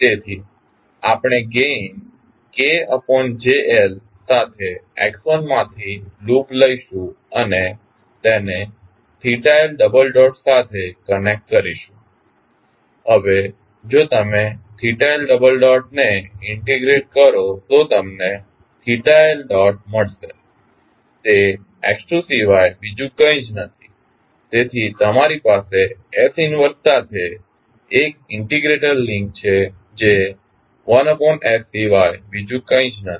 તેથી આપણે gain KJL સાથે x1 માંથી લૂપ લઈશું અને તેને Lસાથે કનેક્ટ કરીશું હવે જો તમે L ને ઇન્ટિગ્રેટ કરો તો તમને L મળશે તે x2 સિવાય બીજુ કંઈ જ નથી તેથી તમારી પાસે s 1 સાથે 1 ઇન્ટિગ્રેટર લિંક છે જે 1s સિવાય બીજું કંઈ જ નથી